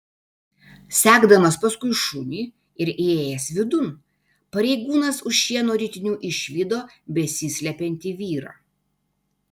sekdamas paskui šunį ir įėjęs vidun pareigūnas už šieno ritinių išvydo besislepiantį vyrą